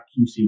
QC